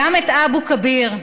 גם את אבו כביר,